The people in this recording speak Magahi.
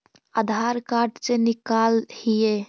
आधार कार्ड से निकाल हिऐ?